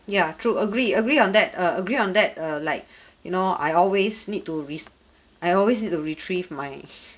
ya true agree agree on that err agree on that err like you know I always need to risk I always need to retrieve my